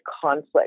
conflict